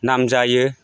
नाम जायो